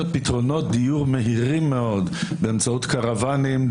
פתרונות דיור מהירים מאוד באמצעות קרוונים,